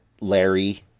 Larry